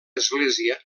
església